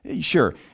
Sure